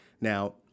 Now